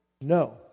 No